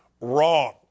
wrong